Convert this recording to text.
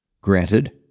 Granted